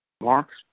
Marks